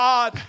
God